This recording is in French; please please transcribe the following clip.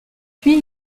puis